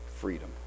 freedom